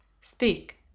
Speak